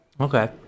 Okay